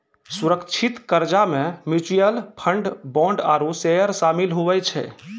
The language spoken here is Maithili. सुरक्षित कर्जा मे म्यूच्यूअल फंड, बोंड आरू सेयर सामिल हुवै छै